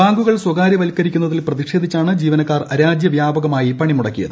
ബാങ്കുകൾ സ്വകാര്യവൽക്കരിക്കുന്നതിൽ പ്രതിഷേധിച്ചാണ് ജീവനക്കാർ രാജ്യ വ്യാപകമായി പണിമുടക്കിയത്